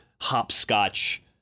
hopscotch